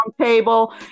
table